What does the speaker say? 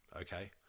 okay